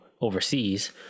Overseas